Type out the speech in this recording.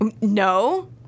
No